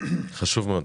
חשוב מאוד.